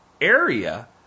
area